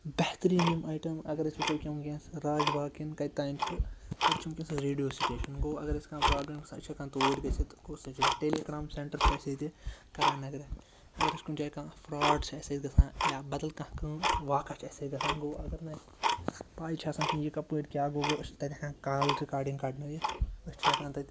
بہتریٖن یِم آیٹم اگر أسۍ وٕچھو ییٚکیٛاہ وٕنۍکٮ۪نَس راج باغ کِنۍ کَتہِ تام چھِ تَتہِ چھِ وٕنۍکٮ۪س ریڈیو سِٹیشن گوٚو اگر اَسہِ کانٛہہ پرٛابلِم چھِ گژھان أسۍ چھِ ہٮ۪کان توٗرۍ گٔژھِتھ گوٚو سُہ چھِ ٹیٚلِگرٛام سٮ۪نٛٹر چھُ اَسہِ ییٚتہِ کرن نگرٕ اگر اَسہِ کُنہِ کانٛہہ فرٛاڈ چھِ اَسہِ سۭتۍ گَژھان یا بدل کانٛہہ کٲم واقعہ چھِ اَسہِ سۭتۍ گَژھان گوٚو اگر نہٕ اَسہِ پَے چھِ آسان کِہیٖنۍ یہِ کپٲرۍ کیٛاہ گوٚوٕ أسۍ چھِ تَتہِ ہٮ۪کان کال رِکاڈِنٛگ کڑنٲیِتھ أسۍ چھِ ہٮ۪کان تَتہِ